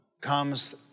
comes